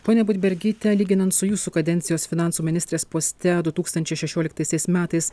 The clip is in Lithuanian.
ponia budbergyte lyginant su jūsų kadencijos finansų ministrės poste du tūkstančiai šešioliktaisiais metais